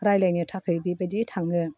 रायलायनो थाखाय बेबादि थाङो